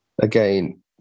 again